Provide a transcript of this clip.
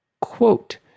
Quote